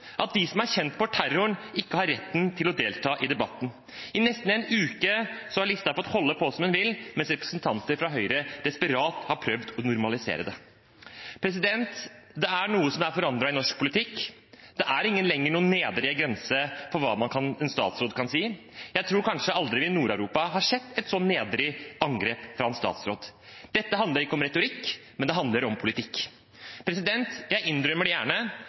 At de som har kjent på terroren, ikke har rett til å delta i debatten? I nesten en uke har statsråd Listhaug fått holde på som hun vil, mens representanter fra Høyre desperat har prøvd å normalisere det. Det er noe som er forandret i norsk politikk. Det er ikke lenger noen nedre grense for hva en statsråd kan si. Jeg tror kanskje vi aldri i Nord-Europa har sett et så nedrig angrep fra en statsråd. Dette handler ikke om retorikk, men det handler om politikk. Jeg innrømmer det gjerne: